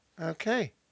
Okay